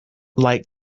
like